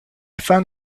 found